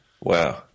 Wow